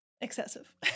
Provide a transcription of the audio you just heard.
excessive